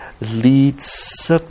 leads